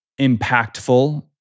impactful